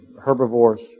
herbivores